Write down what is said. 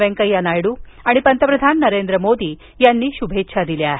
वेंकय्या नायडू आणि पंतप्रधान नरेंद्र मोदी यांनी शुभेच्छा दिल्या आहेत